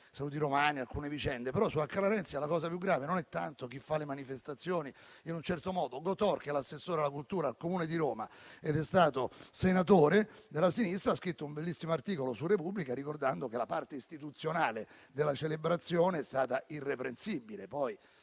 saluti romani ed altre vicende, però su Acca Larenzia la cosa più grave non è tanto chi ha fatto le manifestazioni in un certo modo. Gotor, che è assessore alla cultura al Comune di Roma ed è stato senatore della sinistra, ha scritto un bellissimo articolo su «la Repubblica», ricordando che la parte istituzionale della celebrazione è stata irreprensibile. Poi,